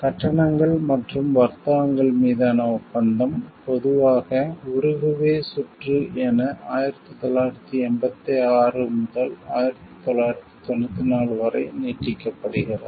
கட்டணங்கள் மற்றும் வர்த்தகங்கள் மீதான ஒப்பந்தம் பொதுவாக உருகுவே சுற்று என 1986 முதல் 1994 வரை நீட்டிக்கப்படுகிறது